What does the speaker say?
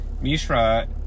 Mishra